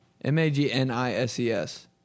M-A-G-N-I-S-E-S